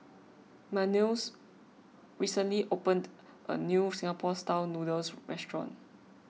Manuel's recently opened a new Singapore Style Noodles restaurant